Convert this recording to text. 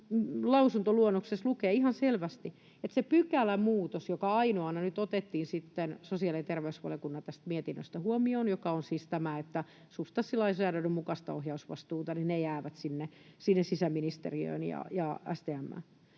lausuntoluonnoksessa lukee ihan selvästi se pykälämuutos, joka ainoana nyt otettiin sitten sosiaali- ja terveysvaliokunnasta tähän mietintöön huomioon, siis tämä, että substanssilainsäädännön mukainen ohjausvastuu jää sinne sisäministeriöön ja